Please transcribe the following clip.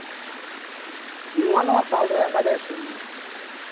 ᱱᱚᱣᱟ ᱱᱚᱣᱟ ᱛᱟᱞ ᱨᱮᱭᱟᱜ ᱵᱟᱨᱭᱟ ᱥᱮᱨᱮᱧ ᱢᱮᱥᱮ